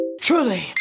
truly